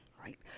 right